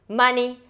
money